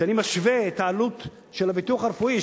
כשאני משווה את העלות של הביטוח הרפואי,